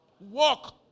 Walk